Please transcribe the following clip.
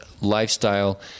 lifestyle